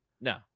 No